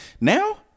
Now